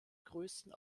größten